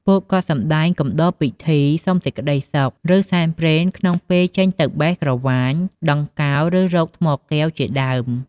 ពួកគាត់សម្ដែងកំដរពិធីសុំសេចក្ដីសុខ ឬសែនព្រេនក្នុងពេលចេញទៅបេះក្រវាញ ដង្កោ ឬរកថ្មកែវ ជាដើម។